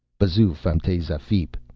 b'zhu, fam tey zafeep,